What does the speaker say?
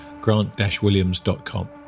grant-williams.com